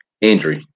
injury